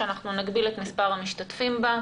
שנגביל את מספר המשתתפים בה,